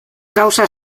gauza